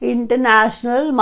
International